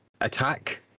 attack